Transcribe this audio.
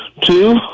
Two